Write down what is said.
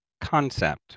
concept